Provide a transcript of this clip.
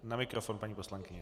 Na mikrofon, paní poslankyně.